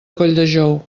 colldejou